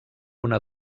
una